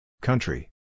Country